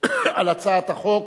על הצעת החוק,